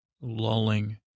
lulling